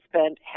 spent